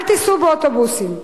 אל תיסעו באוטובוסים,